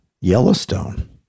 Yellowstone